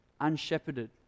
unshepherded